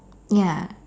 ya